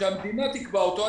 שהמדינה תקבע אותו.